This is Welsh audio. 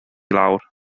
lawr